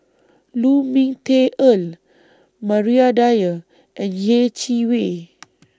Lu Ming Teh Earl Maria Dyer and Yeh Chi Wei